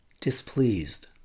displeased